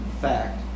fact